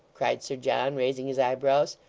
cried sir john, raising his eyebrows.